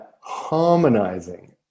harmonizing